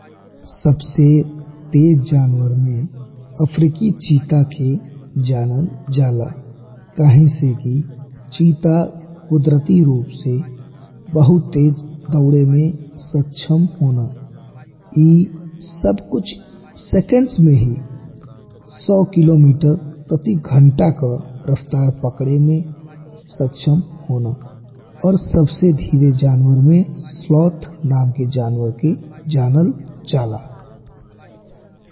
सबसे तेज जानवर में अफ्रीकी चीता के जानल जाला, काहे से कि चीता कुदरती रूप से बहुत तेज दौड़े में सक्षम होला। ई सब कुछ सेकंड्स में ही सौ किलो मीटर प्रति घंटा का रफ्तार पकड़े में सक्षम होला और सबसे धीरे जानवर में स्लॉथ नाम के जानवर के जानल जाला।